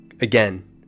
Again